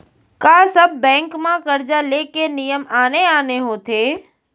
का सब बैंक म करजा ले के नियम आने आने होथे?